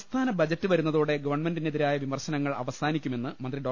സംസ്ഥാന ബജറ്റ് വരുന്നതോടെ ഗവൺമെന്റിനെതിരായ വിമർശനങ്ങൾ അവസാനിക്കുമെന്ന് മന്ത്രി ഡോ